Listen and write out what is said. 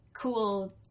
Cool